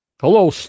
Hello